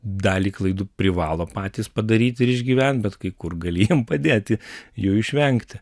dalį klaidų privalo patys padaryti ir išgyvent bet kai kur gali jiem padėti jų išvengti